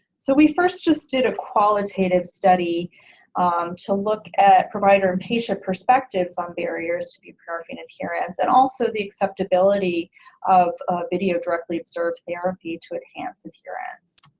so we first just did a qualitative study to look at provider and patient perspectives on barriers to buprenorphine adherence and also the acceptability of video directly observed therapy to enhance adherence.